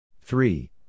Three